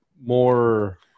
more